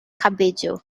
cabello